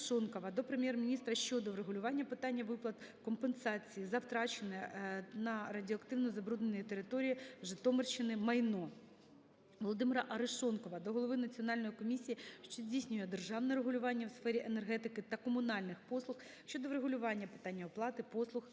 Володимира Арешонкова до Прем'єр-міністра щодо врегулювання питання виплат компенсації за втрачене на радіоактивно забрудненій території Житомирщини майно. Володимира Арешонкова до голови Національної комісії, що здійснює державне регулювання у сфері енергетики та комунальних послуг щодо врегулювання питання оплати послуг